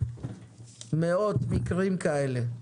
מאות מקרים כאלה.